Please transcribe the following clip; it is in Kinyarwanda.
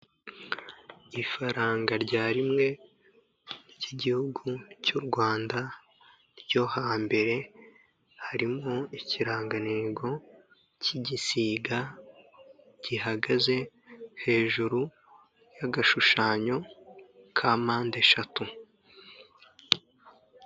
Ifaranga rya rimwe ry'igihugu cy' u Rwanda ryo hambere, harimo ikirangantego cy'igisiga gihagaze hejuru y'agashushanyo ka mpandeshatu.